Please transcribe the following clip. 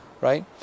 right